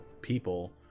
people